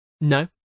No